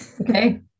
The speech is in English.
okay